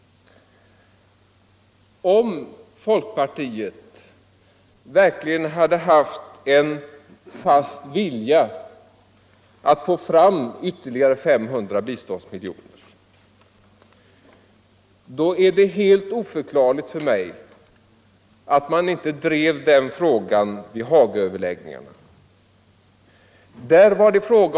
Om folkpartiet verkligen hade haft en fast vilja att få fram ytterligare 500 biståndsmiljoner, då är det helt oförklarligt för mig att man inte drev den frågan vid Hagaöverläggningarna.